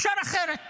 אפשר אחרת